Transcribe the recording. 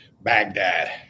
Baghdad